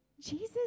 Jesus